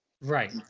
Right